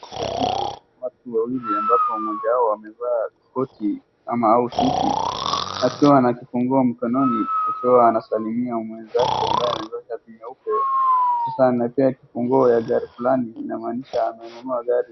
Hapa kuna watu wawili ambapo mmoja wao amevaa koti ama au suti akiwa na kifunguo mkononi akiwa anasalimia mwenzake ambaye amevaa shati nyeupe. Sasa anapea kifunguo ya gari fulani, inamaanisha amenunua gari.